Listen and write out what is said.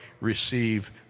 receive